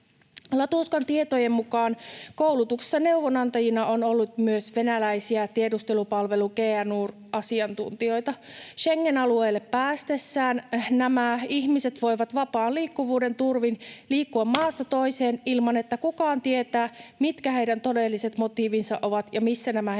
Latuškan tietojen mukaan koulutuksessa neuvonantajina on ollut myös venäläisiä tiedustelupalvelu GRU:n asiantuntijoita. Schengen-alueelle päästessään nämä ihmiset voivat vapaan liikkuvuuden turvin liikkua maasta toiseen ilman että kukaan tietää, mitkä heidän todelliset motiivinsa ovat ja missä nämä henkilöt menevät.